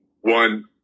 one